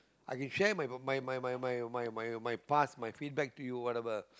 I can share my my my my my my my past my feedback to you whatever